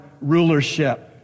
rulership